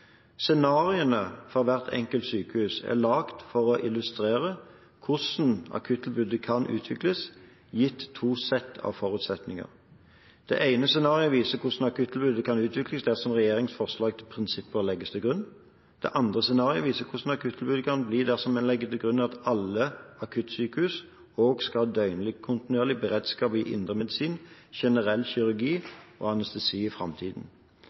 Scenarioene for hvert enkelt sykehus er laget for å illustrere hvordan akuttilbudet kan utvikles, gitt to sett av forutsetninger. Det ene scenarioet viser hvordan akuttilbudet kan utvikles dersom regjeringens forslag til prinsipper legges til grunn, det andre scenarioet viser hvordan akuttilbudet kan bli dersom en legger til grunn at alle akuttsykehus også skal ha døgnkontinuerlig beredskap i indremedisin, generell kirurgi og anestesi i framtiden.